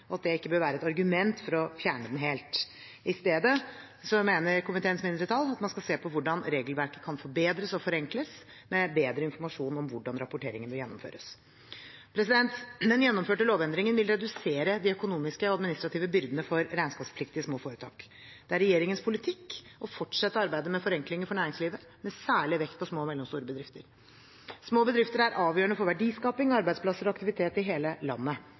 ikke bør være et argument for å fjerne dem helt. Komiteens mindretall mener at man i stedet skal se på hvordan regelverket kan forbedres og forenkles, med bedre informasjon om hvordan rapporteringen bør gjennomføres. Den gjennomførte lovendringen vil redusere de økonomiske og administrative byrdene for regnskapspliktige små foretak. Det er regjeringens politikk å fortsette arbeidet med forenklinger for næringslivet, med særlig vekt på små og mellomstore bedrifter. Små bedrifter er avgjørende for verdiskaping, arbeidsplasser og aktivitet i hele landet.